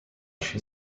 she